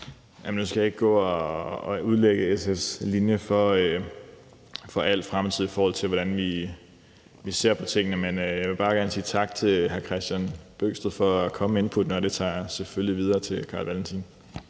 Nu skal jeg ikke gå og udlægge SF's linje for al fremtid, i forhold til hvordan vi ser på tingene. Men jeg vil bare gerne sige tak til hr. Kristian Bøgsted for at komme med det input, og det tager jeg selvfølgelig med videre til hr. Carl Valentin.